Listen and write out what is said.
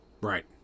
Right